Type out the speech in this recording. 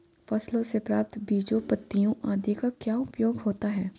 फसलों से प्राप्त बीजों पत्तियों आदि का क्या उपयोग होता है?